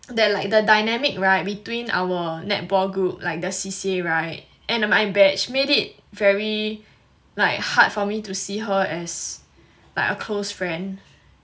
that like the dynamic [right] between our netball group like the C_C_A [right] and my batch made it very like hard for me to see her as like a close friend